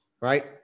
right